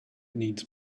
needs